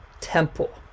temple